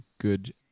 good